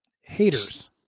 Haters